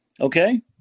Okay